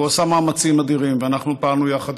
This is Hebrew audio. הוא עשה מאמצים אדירים ואנחנו פעלנו יחד